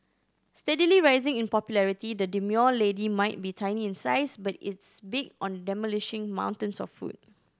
steadily rising in popularity the demure lady might be tiny in size but its big on demolishing mountains of food